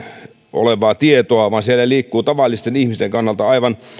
olevaa tietoa vaan siellä liikkuu tavallisten ihmisen kannalta